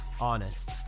honest